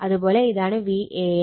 അതുപോലെ ഇതാണ് Van